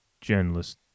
journalist